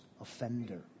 offender